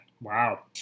Wow